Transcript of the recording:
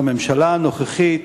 מאוד שבממשלה הנוכחית,